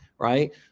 Right